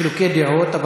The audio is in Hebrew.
חילוקי דעות,